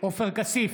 עופר כסיף,